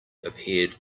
appeared